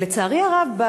לצערי הרב,